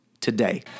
today